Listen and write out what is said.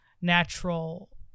natural